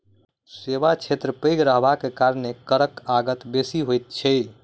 सेवा क्षेत्र पैघ रहबाक कारणेँ करक आगत बेसी होइत छै